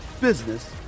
business